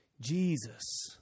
Jesus